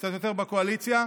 קצת יותר, בקואליציה.